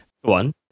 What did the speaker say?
One